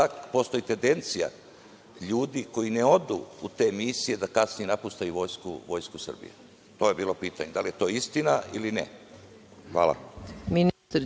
postoji tendencija ljudi koji ne odu u te misije, da kasnije napuštaju Vojsku Srbije. To je bilo pitanje. Da li je to istina ili ne? Hvala.